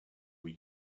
were